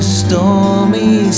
stormy